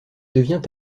devient